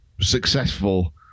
successful